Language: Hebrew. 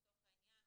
לצורך העניין,